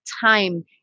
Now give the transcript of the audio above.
time